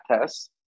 tests